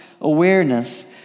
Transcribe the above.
awareness